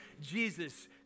Jesus